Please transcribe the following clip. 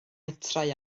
metrau